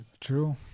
True